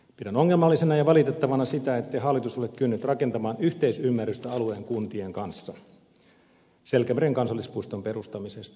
pidän ongelmallisena ja valitettavana sitä ettei hallitus ole kyennyt rakentamaan yhteisymmärrystä alueen kuntien kanssa selkämeren kansallispuiston perustamisesta